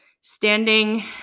standing